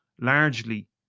largely